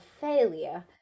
failure